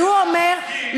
הוא אומר,